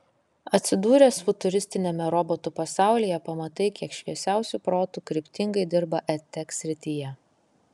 atsidūręs futuristiniame robotų pasaulyje pamatai kiek šviesiausių protų kryptingai dirba edtech srityje